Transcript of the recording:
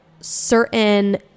certain